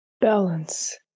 Balance